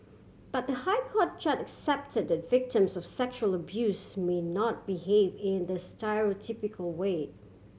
but the High Court judge accepted that victims of sexual abuse may not behave in the stereotypical way